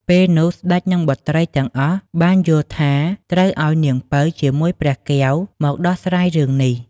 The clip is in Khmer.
ពេលនោះស្ដេចនិងបុត្រីទាំងអស់បានយល់ថាត្រូវឲ្យនាងពៅជាមួយព្រះកែវ មកដោះស្រាយរឿងនេះ។